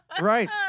right